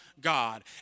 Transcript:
God